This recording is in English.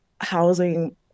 housing